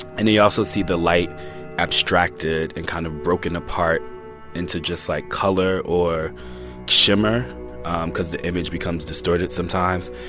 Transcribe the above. and they also see the light abstracted and kind of broken apart into just, like, color or shimmer because the image becomes distorted sometimes.